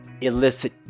illicit